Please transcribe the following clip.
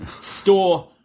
store